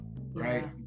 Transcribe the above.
Right